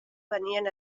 venien